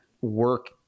work